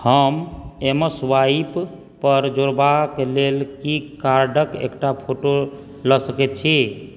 हम एमस्वाइप पर जोड़बाक लेल की कार्डक एकटा फोटो लऽ सकैत छी